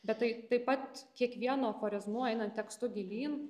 bet tai taip pat kiekvienu aforizmu einant tekstu gilyn